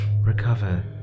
recover